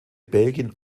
belgien